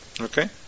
Okay